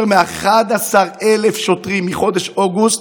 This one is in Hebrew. יותר מ-11,000 שוטרים מחודש אוגוסט,